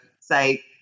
say